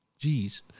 Jeez